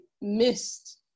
missed